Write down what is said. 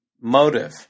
motive